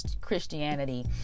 christianity